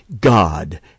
God